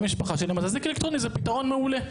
משפחה שלהם אז אזיק אלקטרוני זה פתרון מעולה.